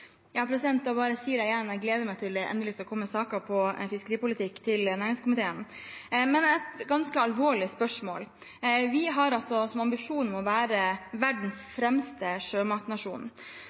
Da sier jeg det igjen: Jeg gleder meg til det endelig skal komme saker om fiskeripolitikk til næringskomiteen. Men til et ganske alvorlig spørsmål: Vi har som ambisjon å være verdens fremste sjømatnasjon.